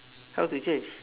how to change